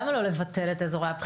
למה לא לבטל את אזורי הבחירה?